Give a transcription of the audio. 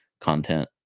content